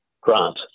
grant